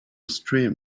stream